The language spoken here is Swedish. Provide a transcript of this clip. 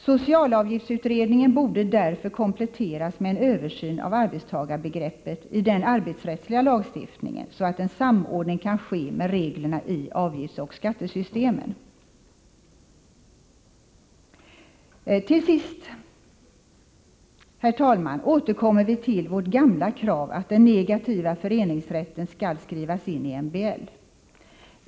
Socialavgiftsutredningen borde därför kompletteras med en översyn av arbetstagarbegreppet i den arbetsrättsliga lagstiftningen så att en samordning kan ske med reglerna i avgiftsoch skattesystemen. Till sist, herr talman, återkommer vi till vårt gamla krav att den negativa föreningsrätten skall skrivas in i MBL.